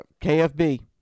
KFB